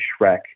Shrek